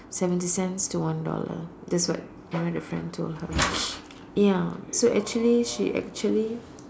seventy cents to one dollar that's what one of her friend told her ya so actually she actually